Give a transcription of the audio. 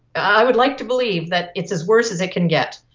i would like to believe that it's as worse as it can get.